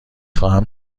خواهم